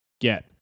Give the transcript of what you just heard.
get